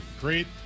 Great